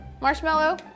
marshmallow